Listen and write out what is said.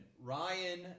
Ryan